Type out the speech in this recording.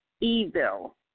Evil